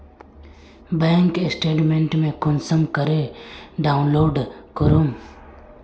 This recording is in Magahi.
बैंक स्टेटमेंट कुंसम करे डाउनलोड करूम?